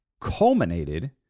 culminated